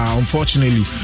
unfortunately